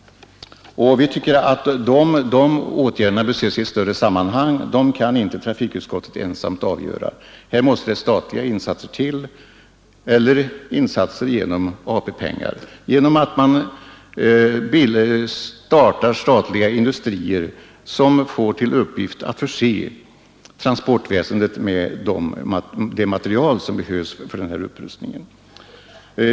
Vi anser att dessa åtgärder bör ses i ett större sammanhang, trafikutskottet kan ju inte ensamt avgöra den här frågan. Här måste statliga insatser till eller insatser genom AP-pengar, t.ex. för att starta statliga industrier som får till uppgift att förse transportväsendet med det material som behövs.